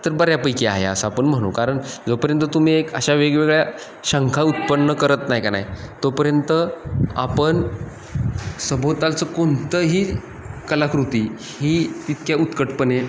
तर बऱ्यापैकी आहे असं आपण म्हणू कारण जोपर्यंत तुम्ही एक अशा वेगवेगळ्या शंका उत्पन्न करत नाही का नाही तोपर्यंत आपण सभोवतालचं कोणतंही कलाकृती ही तितक्या उत्कटपणे